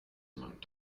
among